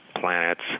planets